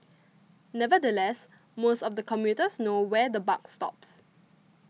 nevertheless most of the commuters know where the buck stops